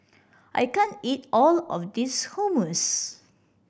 I can't eat all of this Hummus